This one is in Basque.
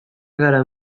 gara